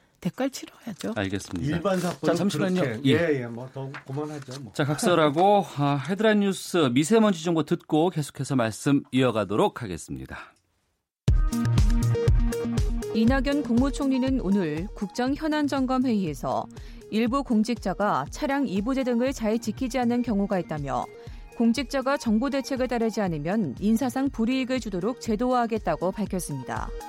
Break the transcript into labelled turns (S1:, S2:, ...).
S1: 대가를 치러야죠.
S2: 알겠습니다.
S3: 일반 사건은
S2: 잠- 잠시만요.
S3: 그렇게,
S2: 예.
S3: 예, 예, 뭐, 더 그만하죠, 뭐.
S2: 자, 각설하고, 아, 헤드라인 뉴스, 미세먼지 정보 듣고 계속해서 말씀 이어가도록 하겠습니다.
S4: 이낙연 국무총리는 오늘 국정현안점검회의에서 일부 공직자가 차량 이부제 등을 잘 지키지 않는 경우가 있다며 공직자가 정부 대책을 따르지 않으면 인사상 불이익을 주도록 제도화하겠다고 밝혔습니다.